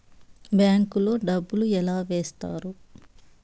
bank లో డబ్బులు ఎలా వేస్తారు